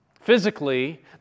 physically